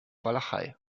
walachei